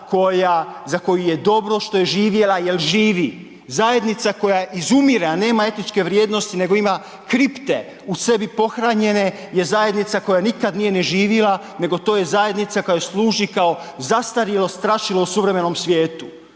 za koju je dobro što je živjela jer živi. Zajednica koja izumire, a nema etičke vrijednosti nego ima kripte u sebi pohranjene je zajednica koja nikad nije ni živjela, nego to je zajednica koja služi kao zastarjelo strašilo u suvremenom svijetu.